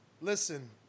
Listen